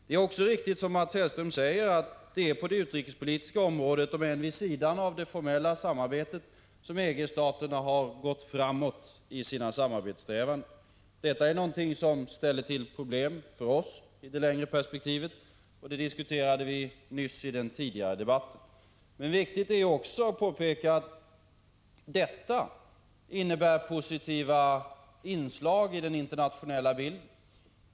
Det är också riktigt som Mats Hellström säger att det är på det utrikespolitiska området, om än vid sidan av det formella samarbetet, som EG-staterna gått framåt i sina samarbetssträvanden. Detta är något som ställer till problem för oss i det längre perspektivet. Det diskuterade vi nyss i den tidigare debatten. Det är också viktigt att påpeka att detta innebär positiva inslag i den internationella bilden.